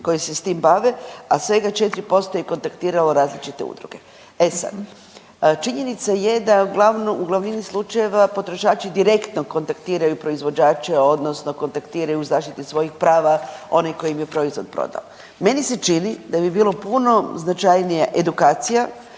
koje s tim bave, a svega 4% je kontaktiralo različite udruge. E sad, činjenica je da u glavnini slučajeva potrošači direktno kontaktiraju proizvođače, odnosno kontaktiraju zaštitu svojih prava one koji im je proizvod prodan. Meni se čini da bi bilo puno značajnija edukacija,